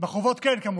בחובות כן, כמובן,